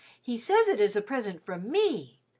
he says it is a present from me.